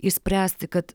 išspręsti kad